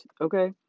Okay